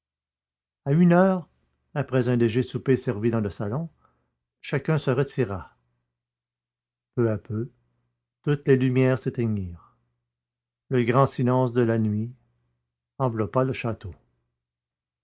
à une heure après un léger souper servi dans le salon chacun se retira peu à peu toutes les lumières s'éteignirent le grand silence de la nuit enveloppa le château